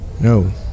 no